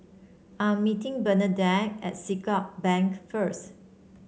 I'm meeting Bernadette at Siglap Bank first